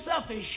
selfish